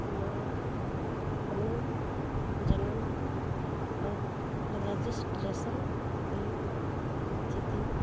ਮੈਂ ਆਪਣੀ ਜਨਮ ਰ ਰਜਿਸਟ੍ਰੇਸ਼ਨ ਦੀ ਸਥਿਤੀ